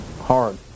hard